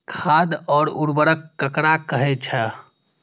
खाद और उर्वरक ककरा कहे छः?